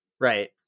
Right